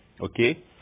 okay